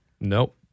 Nope